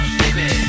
baby